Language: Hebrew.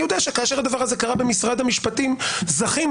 יודע שכאשר הדבר הזה קרה במשרד המשפטים זכינו,